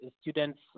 students